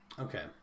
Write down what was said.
Okay